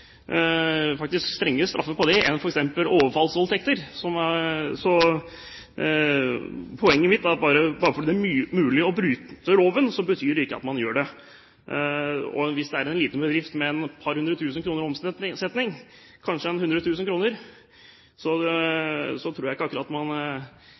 faktisk strengere straffer for det enn for overfallsvoldtekter. Poenget mitt er bare at fordi det er mulig å bryte loven, så betyr ikke det at man gjør det. Hvis det er en liten bedrift med 200 000 kr i omsetning – eller kanskje